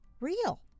real